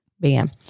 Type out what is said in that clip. Bam